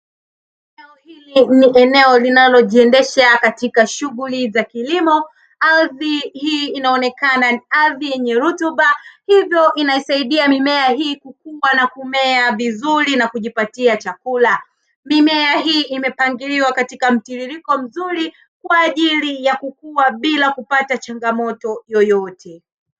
Eneo hii ni eneo linalojiendesha katika shughuli za kilimo; ardhi hii inaonekana ni ardhi yenye rutuba, hivyo inaisaidia mimea hii kukumbwa na kumea vizuri na kujipatia chakula. Mimea hii imepangiliwa katika mtiririko mzuri kwa ajili ya kukua bila kupata changamoto yoyote.